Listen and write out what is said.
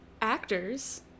Actors